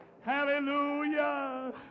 hallelujah